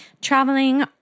traveling